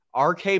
RK